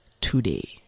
today